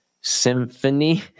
symphony